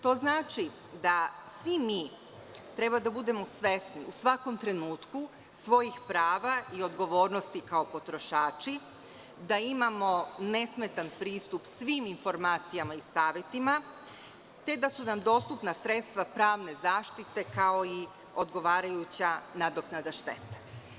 To znači da svi mi treba da budemo svesni u svakom trenutku svojih prava i odgovornosti kao potrošači, da imamo nesmetan pristup svim informacijama i savetima, te da su nam dostupna sredstva pravne zaštite kao i odgovarajuća nadoknada štete.